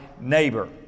neighbor